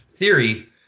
theory